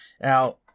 Now